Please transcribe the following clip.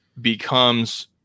becomes